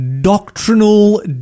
doctrinal